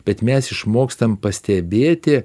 bet mes išmokstam pastebėti